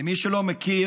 למי שלא מכיר,